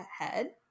ahead